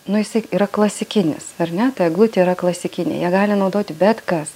nu jisai yra klasikinis ar ne ta eglutė yra klasikinė ją gali naudoti bet kas